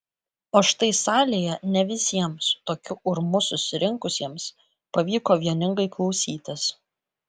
o štai salėje ne visiems tokiu urmu susirinkusiems pavyko vieningai klausytis